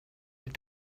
have